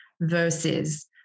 versus